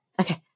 Okay